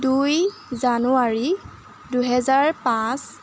দুই জানুৱাৰী দুহেজাৰ পাঁচ